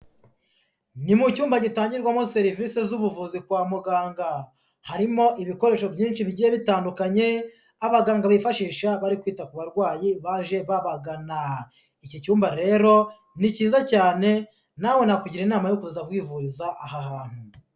Ni mu cyumba gitangirwamo serivisi z'ubuvuzi kwa muganga, harimo ibikoresho byinshi bigiye bitandukanye abaganga bifashisha bari kwita ku barwayi baje babagana, iki cyumba rero ni cyiza cyane nawe nakugira inama yo kuza kwivuriza aha hantu.